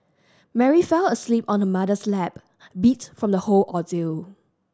Mary fell asleep on her mother's lap beat from the whole ordeal